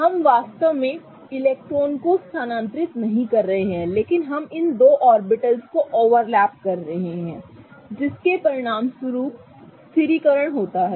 हम वास्तव में इलेक्ट्रॉनों को स्थानांतरित नहीं कर रहे हैं लेकिन हम इन दो ऑर्बिटल्स को ओवरलैप कर रहे हैं जिसके परिणामस्वरूप स्थिरीकरण होता है